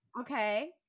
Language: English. Okay